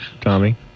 Tommy